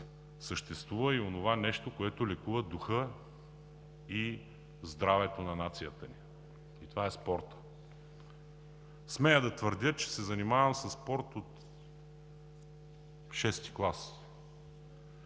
съществува и онова нещо, което лекува духа и здравето на нацията ни, и това е спортът. Смея да твърдя, че се занимавам със спорт от шести клас